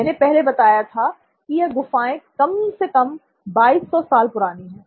मैंने पहले ही बताया है कि यह गुफाएं कम से कम 2200 साल पुरानी है